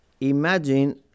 Imagine